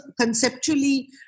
conceptually